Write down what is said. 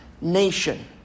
nation